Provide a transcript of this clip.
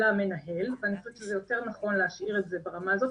אלא המנהל ואני חושבת שזה יותר נכון להשאיר את זה ברמה הזאת.